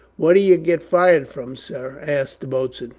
where d'ye get fire from, sir? asked the boat